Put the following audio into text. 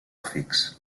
fix